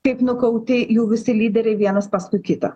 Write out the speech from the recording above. kaip nukauti jų visi lyderiai vienas paskui kitą